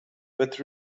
but